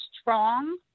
strong